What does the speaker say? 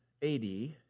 80